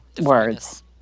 words